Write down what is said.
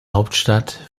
hauptstadt